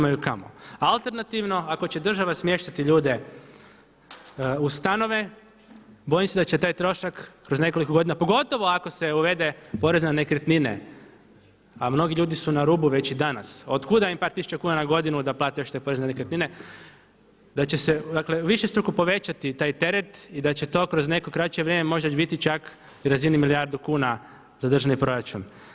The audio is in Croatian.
A alternativno ako će država smještati ljude u stanove, bojim se da će taj trošak kroz nekoliko godina, pogotovo ako se uvede porez na nekretnine, a mnogi ljudi su na rubu već i danas, a otkuda im par tisuća kuna na godinu da plate još te porezne nekretnine da će se, dakle višestruko povećati taj teret i da će to kroz neko kraće vrijeme možda već biti čak i na razinu od milijardu kuna za državni proračun.